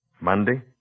Monday